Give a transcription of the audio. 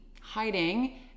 hiding